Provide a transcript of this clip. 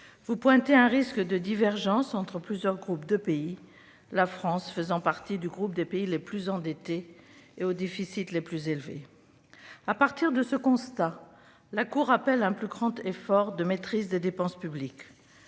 Elle pointe un risque de divergence entre plusieurs groupes de pays, la France appartenant à celui des pays les plus endettés et aux déficits les plus élevés. À partir de ce constat, elle appelle à un plus grand effort de maîtrise des dépenses publiques.